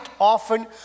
often